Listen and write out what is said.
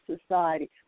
society